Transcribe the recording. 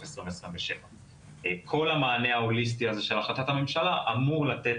2027. כל המענה ההוליסטי הזה של החלטת הממשלה אמור לתת